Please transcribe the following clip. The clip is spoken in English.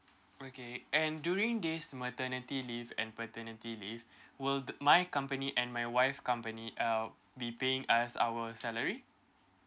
okay and during this maternity leave and paternity leave will my company and my wife company um be paying us our salary